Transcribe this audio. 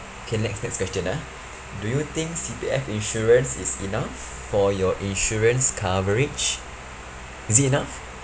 okay next next question ah do you think C_P_F insurance is enough for your insurance coverage is it enough